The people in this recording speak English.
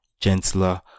gentler